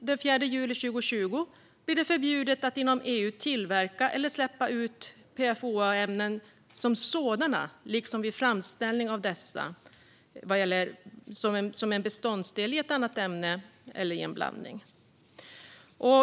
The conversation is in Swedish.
Den 4 juli 2020 blir det också förbjudet att inom EU tillverka eller släppa ut PFOA-ämnen som sådana. Detsamma gäller framställning av dessa som en beståndsdel i ett annat ämne eller i en blandning.